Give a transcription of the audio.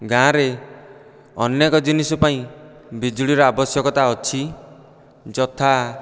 ଗାଁରେ ଅନେକ ଜିନିଷ ପାଇଁ ବିଜୁଳିର ଆବଶ୍ୟକତା ଅଛି ଯଥା